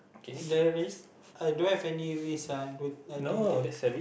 the risk I don't have any risk I don't didn't take